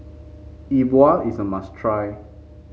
Yi Bua is a must try